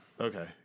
Okay